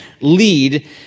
lead